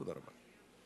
תודה רבה.